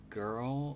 girl